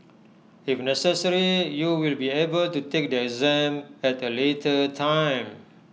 if necessary you will be able to take the exam at the later time